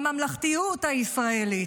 בממלכתיות הישראלית.